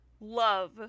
love